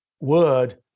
word